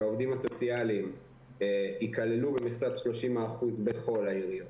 שהעובדים הסוציאליים יכללו במכסת 30% בכל העיריות.